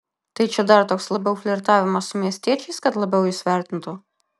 tai čia dar toks labiau flirtavimas su miestiečiais kad labiau jus vertintų